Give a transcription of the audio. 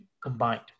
combined